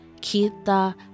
kita